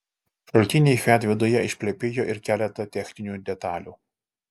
šaltiniai fiat viduje išplepėjo ir keletą techninių detalių